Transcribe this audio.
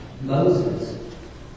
Moses